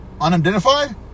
unidentified